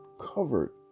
covered